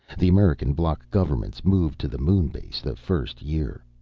the american bloc governments moved to the moon base the first year.